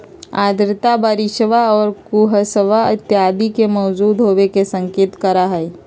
आर्द्रता बरिशवा और कुहसवा इत्यादि के मौजूद होवे के संकेत करा हई